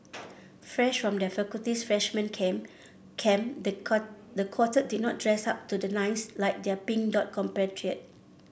fresh from their faculty's freshman camp camp the the quartet did not dress up to the nines like their Pink Dot compatriot